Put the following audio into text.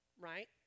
right